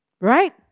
right